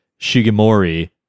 Shigemori